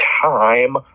time